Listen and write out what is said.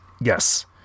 Yes